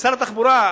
שר התחבורה,